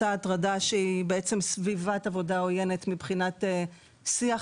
אותה הטרדה שהיא סביבת עבודה עוינת מבחינת שיח